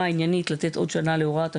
העניינית לתת עוד שנה להוראת השעה.